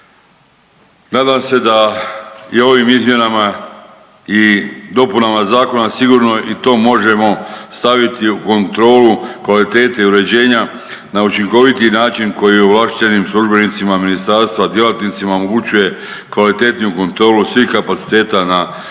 Nadam se da je ovim izmjenama i dopunama zakona sigurno i to možemo staviti u kontrolu kvalitete i uređenja na učinkoviti način koji je ovlaštenim službenicima ministarstva, djelatnicima omogućuje kvalitetniju kontrolu svih kapaciteta na